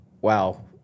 wow